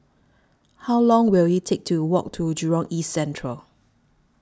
How Long Will IT Take to Walk to Jurong East Central